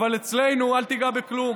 אבל אצלנו אל תיגע בכלום,